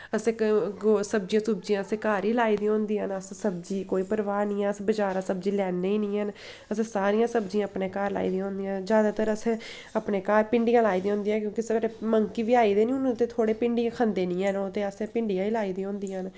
असें क ओह् सब्जियां सुब्जियां असें घर गै लाई दियां होंदियां न अस सब्जी कोई परवाह् निं अस बजारा सब्जी लैन्ने गै निं हैन असें सारियां सब्जियां अपने घर लाई दियां होंदियां न जैदातर असें अपने घर भिंडियां लाई दियां होंदियां क्यूंकि साढ़े मंकी बी आई दे निं हुन ते थोड़ी भिंडी खंदे निं हैन ओह् ते असें भिंडियां गै लाई दियां होंदियां न